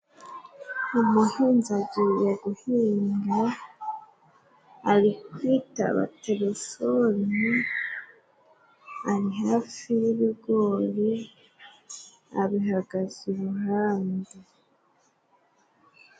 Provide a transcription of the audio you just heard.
Umuhinzi agiye guhinga, ari kwitaba terisoni, ari hafi y'ibigori, abihagaze iruhande.